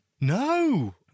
No